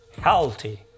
healthy